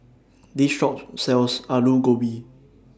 This Shop sells Aloo Gobi